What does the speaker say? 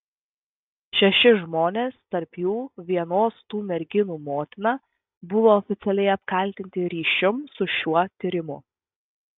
šeši žmonės tarp jų vienos tų merginų motina buvo oficialiai apkaltinti ryšium su šiuo tyrimu